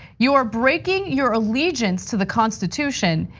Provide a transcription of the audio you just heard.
you are breaking your allegiance to the constitution,